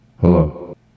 hello